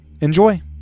Enjoy